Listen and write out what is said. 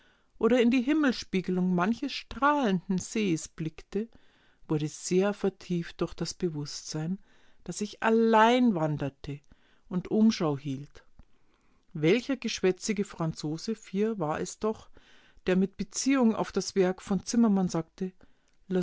oder in die himmelsspiegelung manches strahlenden sees blickte wurde sehr vertieft durch das bewußtsein daß ich allein wanderte und umschau hielt welcher geschwätzige franzose war es doch der mit beziehung auf das werk von zimmermann sagte